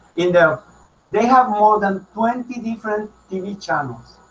you know they have more than twenty different tv channels,